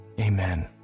amen